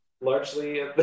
largely